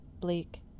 bleak